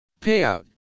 Payout